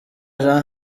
jean